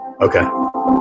Okay